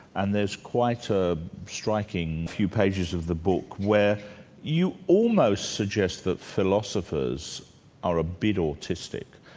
and there's quite a striking few pages of the book where you almost suggest that philosophers are a bit autistic,